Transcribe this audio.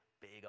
big